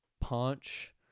punch